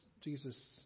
Jesus